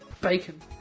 bacon